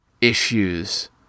issues